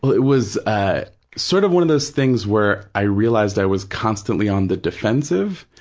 it was ah sort of one of those things where i realized i was constantly on the defensive,